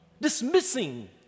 dismissing